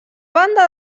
banda